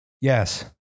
Yes